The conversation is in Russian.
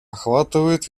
охватывает